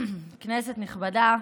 כנסת נכבדה,